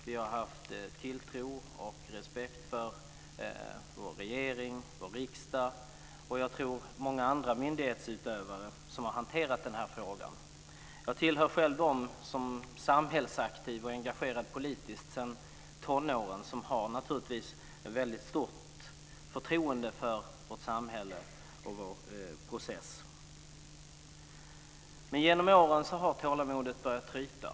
Vi har haft tilltro och respekt för vår regering, vår riksdag och många andra myndighetsutövare som har hanterat denna fråga. Själv tillhör jag dem som är samhällsaktiva och engagerade politiskt sedan tonåren och som naturligtvis har ett väldigt stort förtroende för vårt samhälle och vår process. Men genom åren har tålamodet börjat tryta.